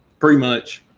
pretty much.